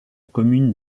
commune